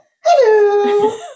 Hello